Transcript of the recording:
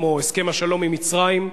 כמו הסכם השלום עם מצרים,